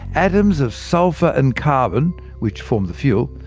atoms of sulphur and carbon which form the fuel,